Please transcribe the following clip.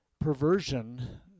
perversion